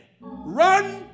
Run